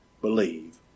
believe